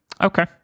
okay